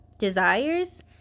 desires